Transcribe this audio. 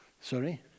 Sorry